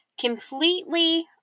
completely